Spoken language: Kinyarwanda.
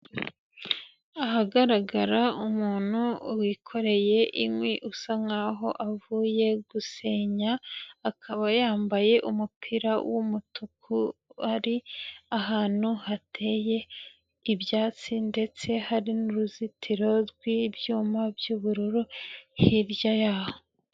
Ahagaragara umuntu wikoreye inkwi usa nkaho avuye gusenya, akaba yambaye umupira w'umutuku ari ahantu hateye ibyatsi ndetse hari n'uruzitiro rw'ibyuma by'ubururu hirya yaho.